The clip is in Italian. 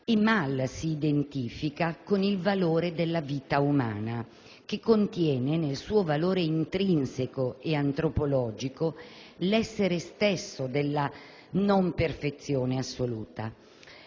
mal si identifica con il valore della vita umana che contiene nel suo valore intrinseco e antropologico l'essere stesso della non perfezione assoluta.